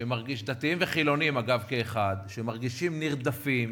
דתיים וחילונים, אגב, כאחד, שמרגישים נרדפים